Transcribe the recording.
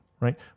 right